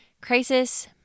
crisis